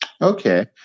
Okay